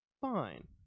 fine